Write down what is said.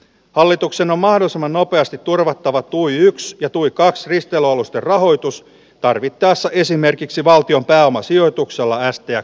hallituksen on mahdollisimman nopeasti turvattava tuu yks ja tuikkaa sen pelosta rahoitus tarvittaessa esimerkiksi valtion pääomasijoituksella astiat